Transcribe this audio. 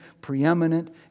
preeminent